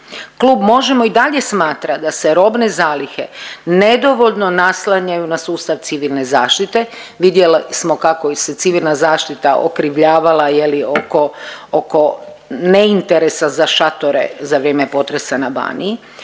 Klub Možemo! i dalje smatra da se robne zalihe nedovoljno naslanjaju na sustav civilne zaštite. Vidjeli smo kao ih se civilna zaštita okrivljavala je li oko, oko ne interesa za šatore za vrijeme potresa na Baniji.